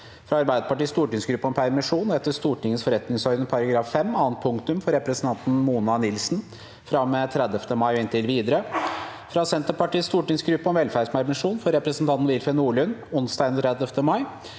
fra Arbeiderpartiets stortingsgruppe om permisjon etter Stortingets forretningsorden § 5 annet punktum for representanten Mona Nilsen fra og med 30. mai og inntil videre – fra Senterpartiets stortingsgruppe om velferdspermisjon for representanten Willfred Nordlund ons- dag 31. mai